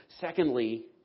Secondly